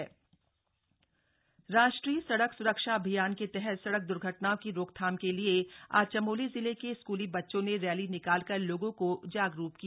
राष्ट्रीय सड़क सुरक्षा राष्ट्रीय सड़क स्रक्षा अभियान के तहत सड़क द्र्घटनाओं की रोकथाम के लिए आज चमोली जिले के स्कूली बच्चों ने रैली निकालकर लोगों को जागरूक किया